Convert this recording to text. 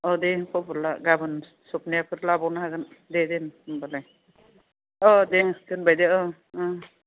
अह दे खबर ला गाबोन सपनियाफोर लाबावनो हागोन दे दोन होमबालाय अह दे दोबाय दे ओं ओं